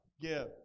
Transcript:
give